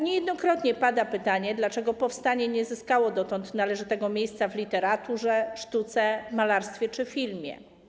Niejednokrotnie padało pytanie, dlaczego powstanie nie zyskało dotąd należytego miejsca w literaturze, sztuce, malarstwie czy filmie.